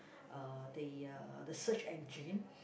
uh they uh the search engine